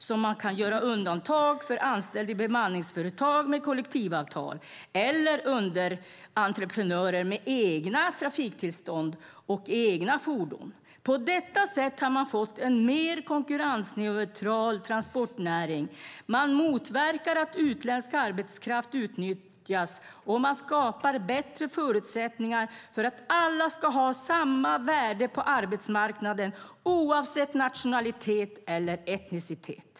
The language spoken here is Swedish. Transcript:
Undantag kan dock göras för anställd i bemanningsföretag med kollektivavtal eller underentreprenörer med egna trafiktillstånd och egna fordon. På detta sätt har man fått en mer konkurrensneutral transportnäring. Man motverkar att utländsk arbetskraft utnyttjas, och man skapar bättre förutsättningar för att alla ska ha samma värde på arbetsmarknaden oavsett nationalitet och etnicitet.